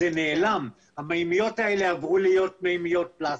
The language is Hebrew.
זה נעלם, המימיות האלה עברו להיות מימיות פלסטיק,